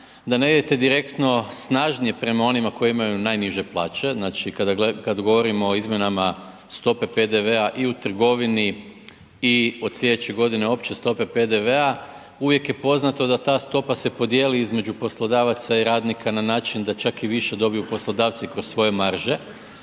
da ne idete direktno snažnije prema onima koji imaju naniže plaće. Znači kada govorimo o izmjenama stope PDV-a i u trgovinu i od slijedeće godine opće stope PDV-a, uvijek je poznato da ta stopa se podijeli između poslodavaca i radnika na način da čak i više dobiju poslodavci kroz svoje marže,